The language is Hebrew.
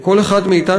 כל אחד מאתנו,